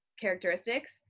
characteristics